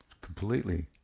completely